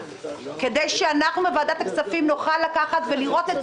כדי שאנחנו ועדת הכספים נוכל לקחת ולראות את